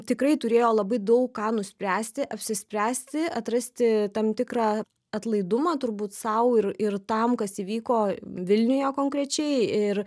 tikrai turėjo labai daug ką nuspręsti apsispręsti atrasti tam tikrą atlaidumą turbūt sau ir ir tam kas įvyko vilniuje konkrečiai ir